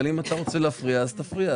אבל אם אתה רוצה להפריע, אז תפריע.